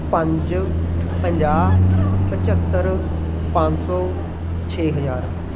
ਪੰਜ ਪੰਜਾਹ ਪਝੱਤਰ ਪੰਜ ਸੌ ਛੇ ਹਜ਼ਾਰ